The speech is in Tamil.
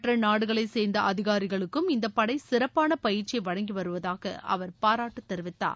மற்ற நாடுகளை சேர்ந்த அதிகாரிகளுக்கும் இந்த படை சிறப்பான பயிற்சியை வழங்கி வருவதாக அவர் பாராட்டுத் தெரிவித்தார்